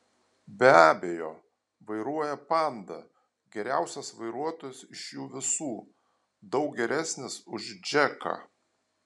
be abejo vairuoja panda geriausias vairuotojas iš jų visų daug geresnis už džeką